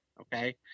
Okay